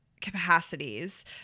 capacities